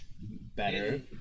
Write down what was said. Better